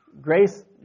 grace